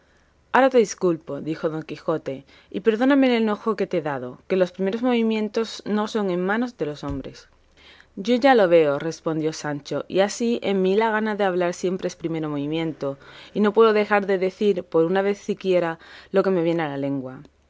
ahora te disculpo dijo don quijote y perdóname el enojo que te he dado que los primeros movimientos no son en manos de los hombres ya yo lo veo respondió sancho y así en mí la gana de hablar siempre es primero movimiento y no puedo dejar de decir por una vez siquiera lo que me viene a la lengua